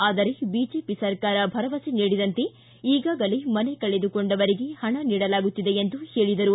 ಆದರೇ ಬಿಜೆಪಿ ಸರ್ಕಾರ ಭರವಸೆ ನೀಡಿದಂತೆ ಈಗಾಗಲೇ ಮನೆ ಕಳೆದುಕೊಂಡವರಿಗೆ ಪಣ ನೀಡಲಾಗುತ್ತಿದೆ ಎಂದು ಹೇಳದರು